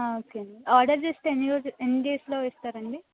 okay అండి order చేస్తే ఎన్ని రోజ ఎన్ని డేస్లో ఇస్తారండి